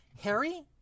Harry